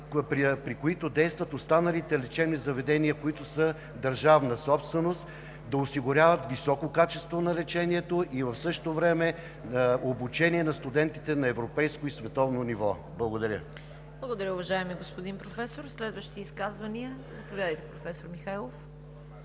при които действат останалите лечебни заведения, които са държавна собственост – да осигуряват високо качество на лечението и в същото време обучение на студентите на европейско и световно ниво. Благодаря Ви. ПРЕДСЕДАТЕЛ ЦВЕТА КАРАЯНЧЕВА: Благодаря, уважаеми господин Министър. Следващи изказвания? Заповядайте, професор Михайлов.